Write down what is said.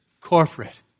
corporate